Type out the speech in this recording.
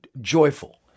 joyful